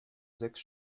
sechs